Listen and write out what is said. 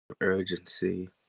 urgency